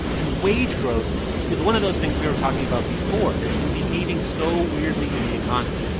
and wage growth is one of those things we were talking about before that's been behaving so weirdly in the economy.